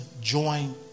join